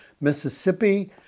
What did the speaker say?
Mississippi